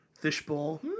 Fishbowl